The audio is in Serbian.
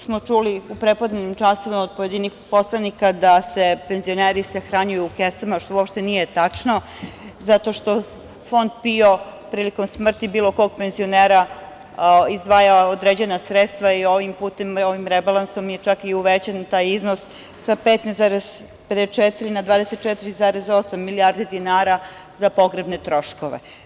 Danas u prepodnevnim časovima smo čuli od pojedinih poslanika da se penzioneri sahranjuju u kesama, što uopšte nije tačno, zato što Fond PIO prilikom smrti bilo kog penzionera izdvaja određena sredstva i ovim putem, ovim rebalansom je čak uvećan taj iznos sa 15,54 na 24,8 milijardi dinara za pogrebne troškove.